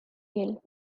yale